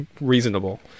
reasonable